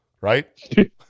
right